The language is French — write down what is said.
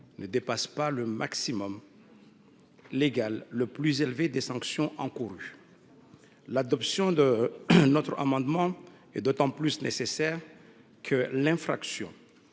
ne dépasse pas le maximum légal le plus élevé des sanctions encourues. L’adoption de notre amendement est d’autant plus nécessaire que l’infraction